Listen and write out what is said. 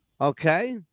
Okay